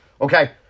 okay